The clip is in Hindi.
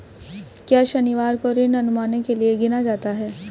क्या शनिवार को ऋण अनुमानों के लिए गिना जाता है?